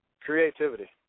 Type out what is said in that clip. Creativity